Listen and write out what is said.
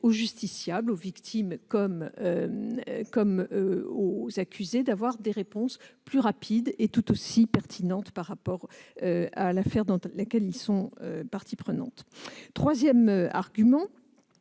aux justiciables, victimes comme accusés, d'obtenir des réponses plus rapides et tout aussi pertinentes dans l'affaire dans laquelle ils sont parties prenantes. Troisièmement,